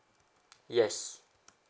yes